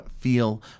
feel